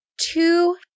two